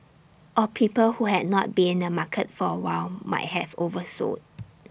or people who had not been in the market for A while might have oversold